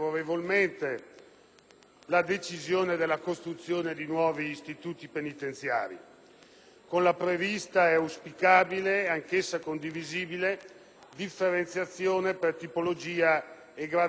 la decisione della costruzione di nuovi istituti penitenziari, con la prevista, auspicabile e anch'essa condivisibile differenziazione per tipologia e gravità del reato,